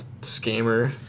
scammer